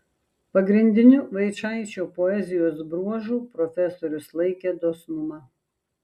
pagrindiniu vaičaičio poezijos bruožu profesorius laikė dosnumą